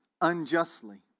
unjustly